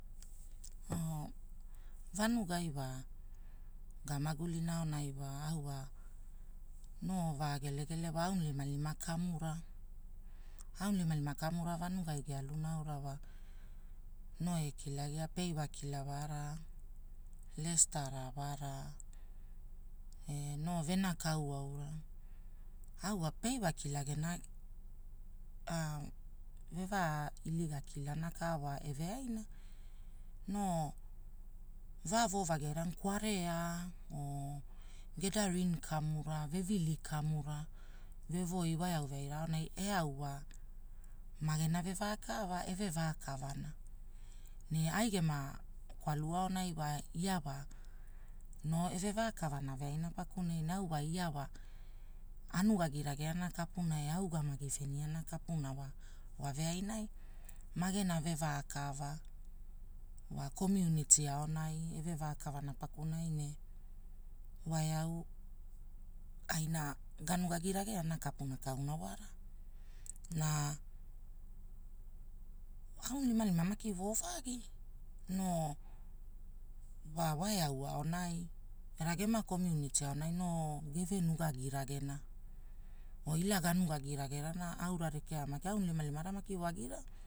Noo vanugai wa, gamagulina aonai wa au wa, noo vaa gelegele wa auilimalima kamura, Aulimalima kamura vanugai gealuna aura wa, noo ekilagia peiwa kila wara, Lestara wara, e noo venakau aura. Au wa Peiwa kila gena vevaa iliga kilana ka wa eveaina, noo, vaa wovagina kwarega gedarine kamura vevili kamura. Vevoi wae au veaina aonai eau wa, magena evevea kavana, Ne ai gema, kwalu aonai wa ia wa, noo eve veakava veaina pakunai ne au wa ia, wa anugaginagea ana kapouna e augamagi veniana kapuna wa, wave ainai. Magena vevakava, wa komuniti aonai eve rakavana pakunai ne, wae au, aina ganugagi- rageana kapuna kaua wara, na. Aulimalima maki woo vagi, noo, wa eau aonai, era gema komuniti aonai noo geve nugagi ragena, o ila ganugagi regerana aura rekea ena, aunilimalima maki wagia.